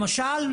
למשל,